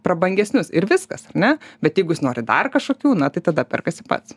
prabangesnius ir viskas ar ne bet jeigu jis nori dar kažkokių na tai tada perkasi pats